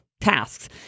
tasks